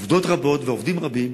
רבות ועובדים רבים